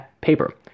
paper